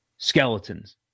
Skeletons